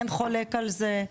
אין חולק על זה.